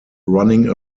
running